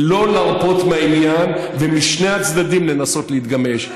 לא להרפות מהעניין, ומשני הצדדים לנסות להתגמש.